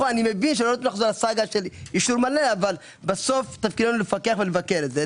אני מבין שלא נחזור על לא אישור מלא אבל בסוף תפקידנו לפקח ולבקר את זה.